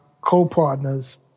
co-partners